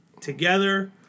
together